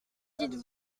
dites